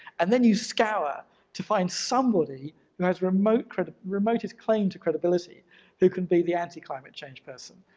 and then you scour to find somebody who has remotest remotest claim to credibility who can be the anti-climate change person.